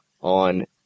on